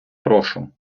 прошу